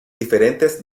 diferentes